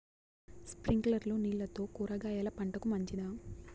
స్ప్రింక్లర్లు నీళ్లతో కూరగాయల పంటకు మంచిదా?